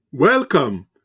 Welcome